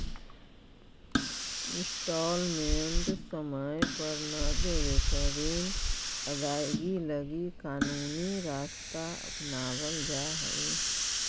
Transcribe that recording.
instalment समय पर न देवे पर ऋण अदायगी लगी कानूनी रास्ता अपनावल जा हई